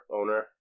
Owner